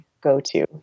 go-to